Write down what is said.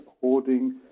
hoarding